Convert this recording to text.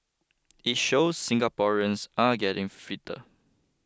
it shows Singaporeans are getting fitter